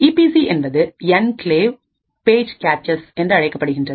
ஈ P C என்பது enclave page caches என்று அழைக்கப்படுகின்றது